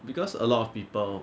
because a lot of people